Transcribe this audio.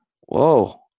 whoa